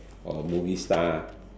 or a movie star